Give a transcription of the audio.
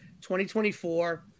2024